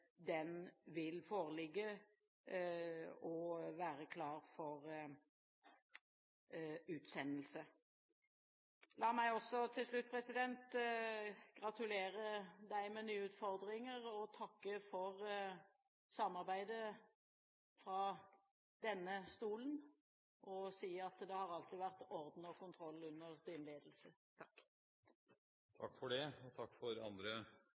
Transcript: den vil foreligge og være klar for utsendelse. La meg også til slutt, president, gratulere deg med nye utfordringer. Jeg vil takke for samarbeidet fra denne stolen og si at det alltid har vært orden og kontroll under din ledelse. Takk! Takk for det, og takk for andre